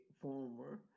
former